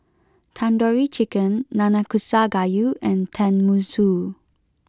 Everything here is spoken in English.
Tandoori Chicken Nanakusa gayu and Tenmusu